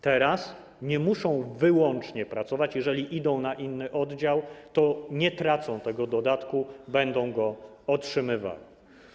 Teraz nie muszą wyłącznie tu pracować - jeżeli idą na inny oddział, to nie tracą tego dodatku, będą go otrzymywały.